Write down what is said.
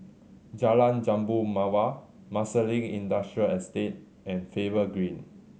Jalan Jambu Mawar Marsiling Industrial Estate and Faber Green